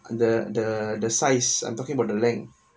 and the the the size and talking about the length